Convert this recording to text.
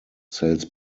sales